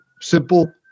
simple